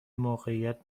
موقعیت